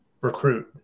recruit